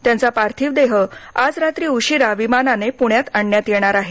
त्यांचा पार्थिव देह आज रात्री उशिरा विमानाने पुण्यात आणण्यात येणार आहे